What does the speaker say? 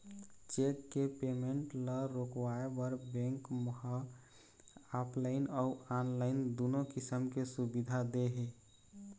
cheque के payment ल रोकवाए बर बेंक ह ऑफलाइन अउ ऑनलाईन दुनो किसम के सुबिधा दे हे